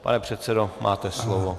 Pane předsedo, máte slovo.